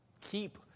keep